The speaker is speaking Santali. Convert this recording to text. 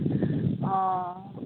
ᱚᱸᱻ